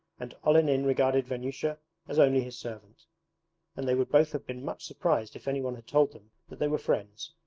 and olenin regarded vanyusha as only his servant and they would both have been much surprised if anyone had told them that they were friends,